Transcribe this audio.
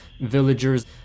villagers